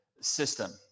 system